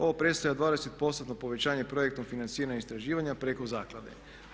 Ovo predstavlja 20% povećanje projektnog financiranja istraživanja preko zaklade.